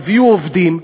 הביאו עובדים.